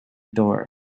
door